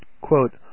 quote